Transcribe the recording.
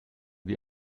wir